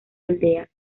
aldeas